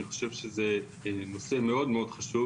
אני חושב שזה נושא חשוב.